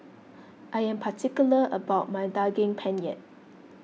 I am particular about my Daging Penyet